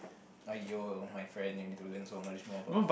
!aiyo! my friend you need to learn so much more about